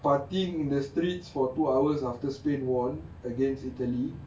partying in the streets for two hours after spain won against italy